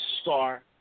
Star